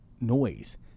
noise